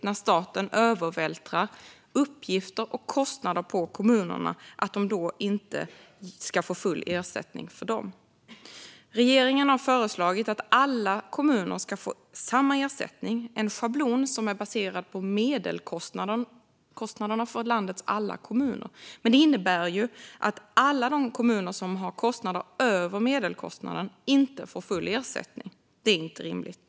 När staten vältrar över uppgifter och kostnader på kommunerna är det helt orimligt att de inte ska få full ersättning för dem. Regeringen har föreslagit att alla kommuner ska få samma ersättning - en schablon som är baserad på medelkostnaden i landets alla kommuner. Det innebär ju att alla de kommuner som har kostnader över medelkostnaden inte får full ersättning. Det är inte rimligt.